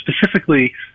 specifically